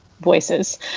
voices